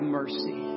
mercy